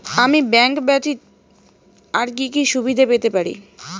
আমি ব্যাংক ব্যথিত আর কি কি সুবিধে পেতে পারি?